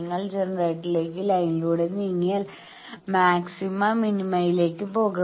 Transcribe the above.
നിങ്ങൾ ജനറേറ്ററിലേക്ക് ലൈനിലൂടെ നീങ്ങിയാൽ മാക്സിമ മിനിമയിലേക്ക് പോകും